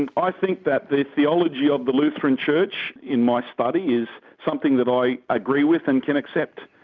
and i think that the theology of the lutheran church, in my study, is something that i agree with and can accept.